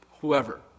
whoever